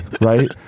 right